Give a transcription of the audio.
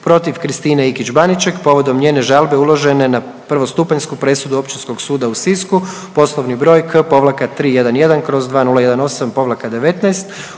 protiv Kristine Ikić Baniček povodom njene žalbe uložene na prvostupanjsku presudu Općinskog suda u Sisku poslovni broj K-311/2018-19 od 21. prosinca